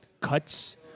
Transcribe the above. cuts